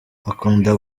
akunda